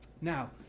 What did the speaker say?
Now